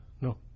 no